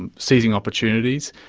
and seizing opportunities,